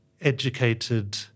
educated